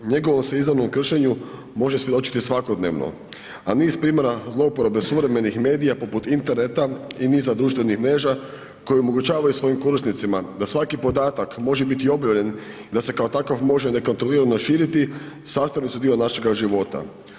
Njegovo se izravnom kršenju može svjedočiti svakodnevno, a niz primjera zlouporabe suvremenih medija, poput interneta i niza društvenih mreža koja omogućavaju svojim korisnicima da svaki podatak može biti objavljen i da se kao takav može nekontrolirano širiti, sastavni su dio našega života.